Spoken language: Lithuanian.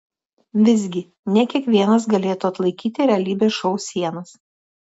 visgi ne kiekvienas galėtų atlaikyti realybės šou sienas